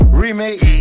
remake